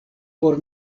por